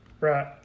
Right